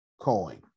coin